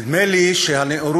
נדמה לי שהנאורות,